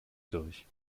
durch